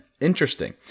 Interesting